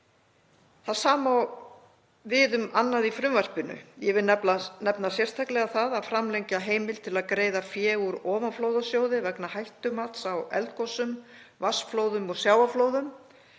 Það sama á við um annað í frumvarpinu. Ég vil nefna sérstaklega það að framlengja heimild til að greiða fé úr ofanflóðasjóði vegna hættumats á eldgosum, vatnsflóðum og sjávarflóðum.